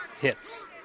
hits